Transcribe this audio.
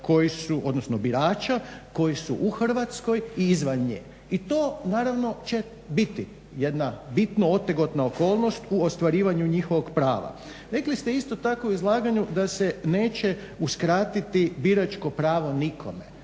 odnosno birača koji su u Hrvatskoj i izvan nje. I to naravno će biti jedna bitno otegotna okolnost u ostvarivanju njihovog prava. Rekli ste isto tako u izlaganju da se neće uskratiti biračko pravo nikome.